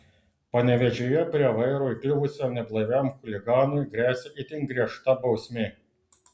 panevėžyje prie vairo įkliuvusiam neblaiviam chuliganui gresia itin griežta bausmė